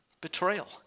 betrayal